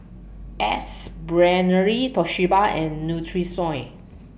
Ace Brainery Toshiba and Nutrisoy